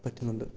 പറ്റുന്നുണ്ട്